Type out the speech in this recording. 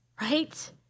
right